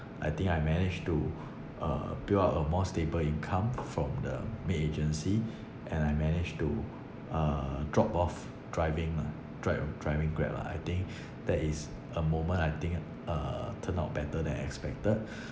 I think I managed to uh build up a more stable income from the maid agency and I managed to uh drop off driving lah dr~ driving grab lah I think that is a moment I think uh turned out better than I expected